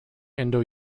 indo